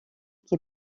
qui